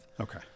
Okay